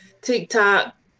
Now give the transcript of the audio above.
TikTok